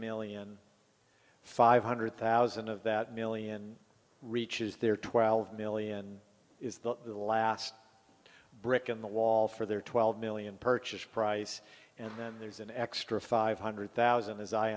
million five hundred thousand of that million reaches there twelve million is the last brick in the wall for their twelve million purchase price and then there's an extra five hundred thousand as i